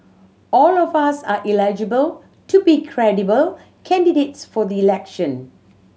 all of us are eligible to be credible candidates for the election